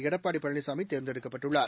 எடப்பாடி பழனிசாமி தேர்ந்தெடுக்கப்பட்டுள்ளார்